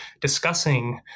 discussing